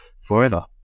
forever